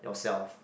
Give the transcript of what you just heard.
yourself